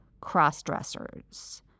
crossdressers